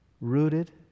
rooted